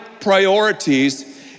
priorities